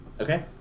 Okay